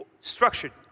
structured